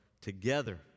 together